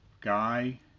Guy